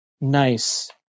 Nice